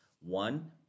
one